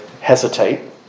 hesitate